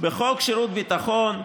"בחוק שירות ביטחון ,